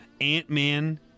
Ant-Man